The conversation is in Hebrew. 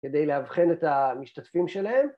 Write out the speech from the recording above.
כדי לאבחן את המשתתפים שלהם